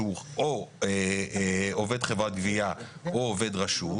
שהוא או עובד חברת גבייה או עובד רשות